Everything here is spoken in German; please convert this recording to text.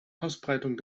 ausbreitung